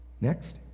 Next